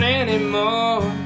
anymore